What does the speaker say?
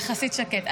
זה יחסית שקט.